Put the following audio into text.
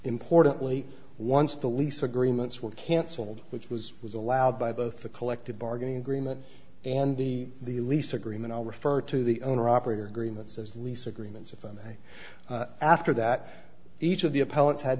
importantly once the lease agreements were cancelled which was was allowed by both the collective bargaining agreement and the lease agreement i'll refer to the owner operator agreements as lease agreements of a may after that each of the opponents had